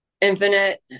infinite